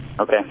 Okay